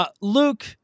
Luke